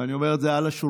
ואני אומר את זה על השולחן,